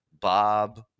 Bob